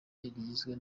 rigizwe